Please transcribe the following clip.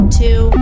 two